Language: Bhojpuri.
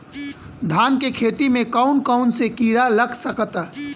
धान के खेती में कौन कौन से किड़ा लग सकता?